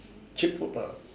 cheap food lah